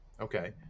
okay